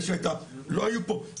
לא היו פה,